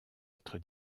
être